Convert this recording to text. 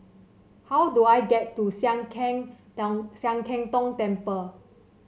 how do I get to Sian Keng Tong Sian Keng Tong Temple